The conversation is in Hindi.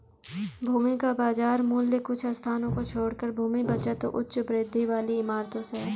भूमि का बाजार मूल्य कुछ स्थानों को छोड़कर भूमि बचत उच्च वृद्धि वाली इमारतों से है